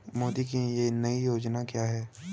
मोदी की नई योजना क्या है?